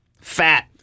Fat